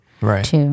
Right